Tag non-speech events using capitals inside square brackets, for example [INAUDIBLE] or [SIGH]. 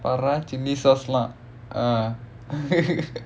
chili sauce lah ah [NOISE]